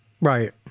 Right